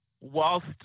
whilst